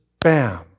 bam